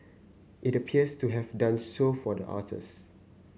it appears to have done so for the authors